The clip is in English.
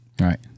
Right